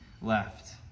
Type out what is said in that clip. left